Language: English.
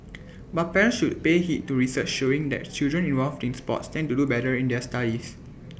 but parents should pay heed to research showing that children involved in sports tend to do better in their studies